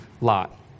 Lot